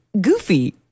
goofy